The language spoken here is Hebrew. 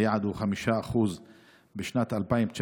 היעד הוא 5% בשנת 2019,